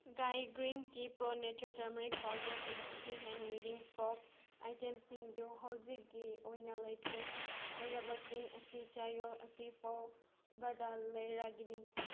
ꯒꯥꯏ green tea pro nature turmeric powder and D P ꯍꯦꯟ ꯋꯤꯗꯤꯡ ꯐꯣꯛ ꯑꯥꯏꯇꯦꯝꯁꯤꯡꯗꯨ ꯍꯧꯖꯤꯛꯀꯤ ꯑꯣꯏꯅ ꯂꯩꯇ꯭ꯔꯦ ꯍꯥꯏꯔꯤꯕꯁꯤꯡ ꯑꯁꯤ ꯆꯌꯣꯜ ꯑꯁꯤꯐꯥꯎꯕꯗ ꯂꯩꯔꯒꯅꯤ